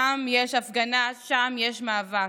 שם יש הפגנה, שם יש מאבק.